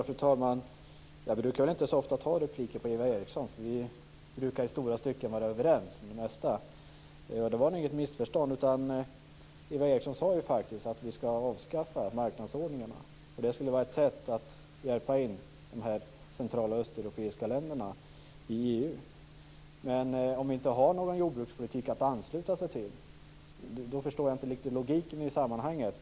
Fru talman! Jag brukar väl inte så ofta begära replik på Eva Eriksson, för vi brukar i stora stycken vara överens. Det rör sig nog inte om något missförstånd från min sida. Eva Eriksson sade faktiskt att vi skall avskaffa marknadsordningarna. Det skulle vara ett sätt att hjälpa de öst och centraleuropeiska länderna in i EU. Men om det inte finns någon jordbrukspolitik att ansluta sig till förstår jag inte riktigt logiken i sammanhanget.